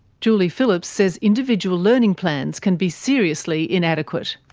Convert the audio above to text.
julie phillips says individual learning plans can be seriously inadequate.